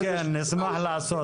מומלץ לעשות.